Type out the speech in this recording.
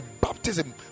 baptism